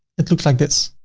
it looks like this,